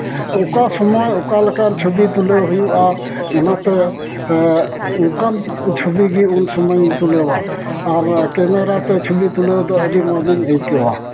ᱚᱠᱟ ᱥᱚᱢᱚᱭ ᱚᱠᱟᱞᱮᱠᱟᱱ ᱪᱷᱚᱵᱤ ᱛᱩᱞᱟᱹᱣ ᱦᱩᱭᱩᱜᱼᱟ ᱚᱱᱟᱛᱮ ᱚᱱᱠᱟᱱ ᱪᱷᱚᱵᱤ ᱜᱮ ᱩᱱ ᱥᱚᱢᱚᱭᱤᱧ ᱛᱩᱞᱟᱹᱣᱟ ᱟᱨ ᱠᱮᱢᱮᱨᱟᱛᱮ ᱪᱷᱚᱵᱤ ᱛᱩᱞᱟᱹᱣ ᱫᱚ ᱟᱹᱰᱤ ᱢᱚᱡᱤᱧ ᱟᱹᱭᱠᱟᱹᱣᱟ